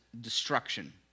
destruction